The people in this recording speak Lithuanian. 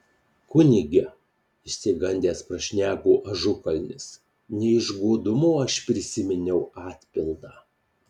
kunige išsigandęs prašneko ažukalnis ne iš godumo aš prisiminiau atpildą